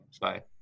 Bye